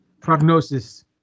prognosis